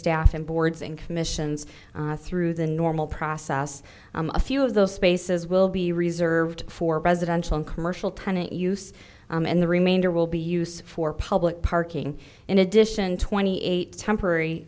staff and boards and commissions through the normal process a few of those spaces will be reserved for residential and commercial tenant use and the remainder will be used for public parking in addition twenty eight temporary